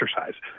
exercise